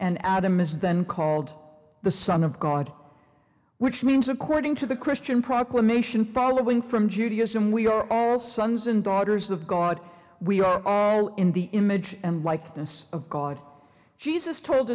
and adam is then called the son of god which means according to the christian proclamation following from judaism we are our sons and daughters of god we are all in the image and likeness of god jesus told